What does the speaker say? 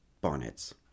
bonnets